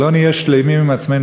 אבל לא נהיה שלמים עם עצמנו,